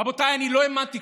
רבותיי, אני לא האמנתי.